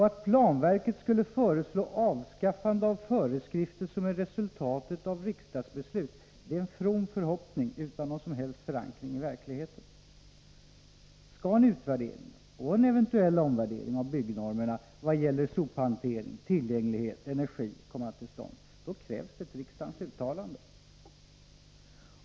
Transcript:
Att planverket skulle föreslå avskaffande av föreskrifter som är resultatet av riksdagsbeslut är en from förhoppning utan någon som helst förankring i verkligheten. Skall en utvärdering och en eventuell omvärdering av byggnormerna när det gäller sophantering, tillgänglighet och energi komma till stånd, då krävs riksdagens uttalande.